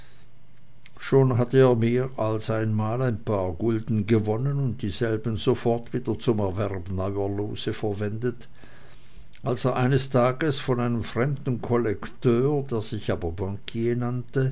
schon hatte er mehr als einmal ein paar gulden gewonnen und dieselben sofort wieder zum erwerb neuer lose verwendet als er eines tages von einem fremden kollekteur der sich aber